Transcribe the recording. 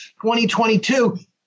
2022